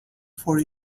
for